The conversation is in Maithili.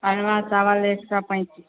अरबा चाबल एक सए पैंतीस